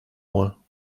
moins